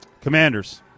Commanders